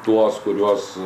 tuos kuriuos